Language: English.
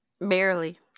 Barely